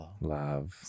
love